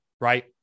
right